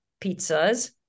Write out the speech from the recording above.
pizzas